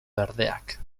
berdeak